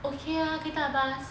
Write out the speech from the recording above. okay ah 可以搭 bus